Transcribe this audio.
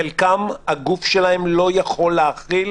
חלקם, הגוף שלהם לא יכול להכיל